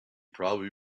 probably